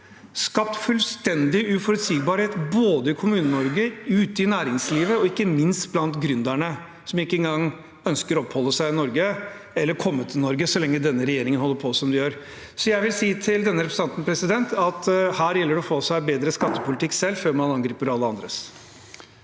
skapt fullstendig uforutsigbarhet både i Kommune-Norge, ute i næringslivet og ikke minst blant gründerne, som ikke engang ønsker å oppholde seg i Norge eller komme til Norge så lenge denne regjeringen holder på som de gjør. Jeg vil si til representanten at her gjelder det å få seg en bedre skattepolitikk selv, før man angriper alle andres.